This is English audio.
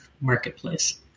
marketplace